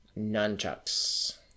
nunchucks